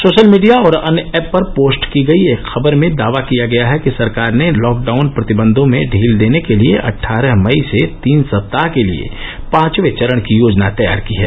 social media और अन्य app पर पोस्ट की गई एक खबर में दावा किया गया है कि सरकार ने लॉकडाउन प्रतिबंधों में ढील देने के लिए अट्ठारह मई से तीन सप्ताह के लिये पांचवें चरण की योजना तैयार की है